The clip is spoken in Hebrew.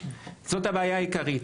וזאת הבעיה העיקרית.